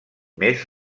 més